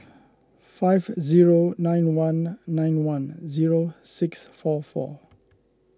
five zero nine one nine one zero six four four